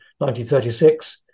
1936